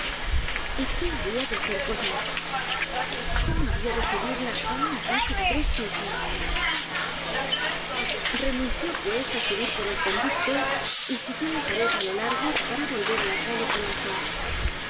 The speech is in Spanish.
y qué habia de hacer de cosette cómo habia de subirla á una casa de tres pisos content from google book search generated at renunció pues á subir por el conducto y siguió la pared á lo largo para volver á la calle